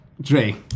Dre